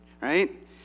right